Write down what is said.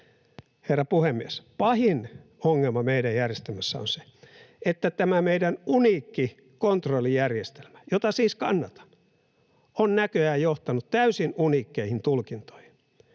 Herra puhemies! Pahin ongelma meidän järjestelmässä on se, että tämä meidän uniikki kontrollijärjestelmä, jota siis kannatan, on näköjään johtanut täysin uniikkeihin tulkintoihin,